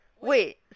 wait